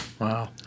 Wow